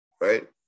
right